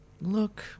Look